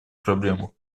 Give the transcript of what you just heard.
проблему